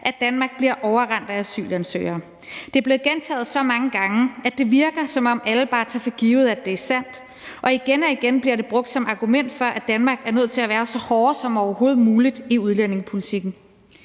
at Danmark bliver overrendt af asylansøgere. Det er blevet gentaget så mange gange, at det virker, som om alle bare tager for givet, at det er sandt, og igen og igen bliver det brugt som argument for, at Danmark er nødt til at være så hårde som overhovedet muligt i udlændingepolitikken.